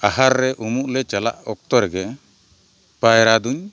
ᱟᱦᱟᱨ ᱨᱮ ᱩᱢᱩᱜ ᱞᱮ ᱪᱟᱞᱟᱜ ᱚᱠᱛᱚ ᱨᱮᱜᱮ ᱯᱟᱭᱨᱟ ᱫᱩᱧ